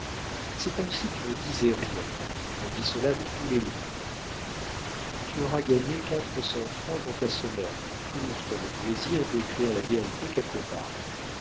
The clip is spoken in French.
c'est comme si tu ne disais rien on dit cela de tous les livres tu auras gagné quatre cents francs dans ta semaine outre le plaisir d'écrire la vérité quelque part